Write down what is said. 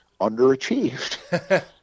underachieved